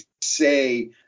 say